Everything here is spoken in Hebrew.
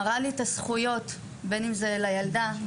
מראה לי את הזכויות שלנו בין אם זה הזכויות של הבת שלי,